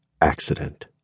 accident